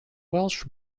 welsh